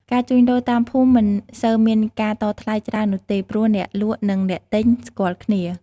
ការជួញដូរតាមភូមិមិនសូវមានការតថ្លៃច្រើននោះទេ ព្រោះអ្នកលក់និងអ្នកទិញស្គាល់គ្នា។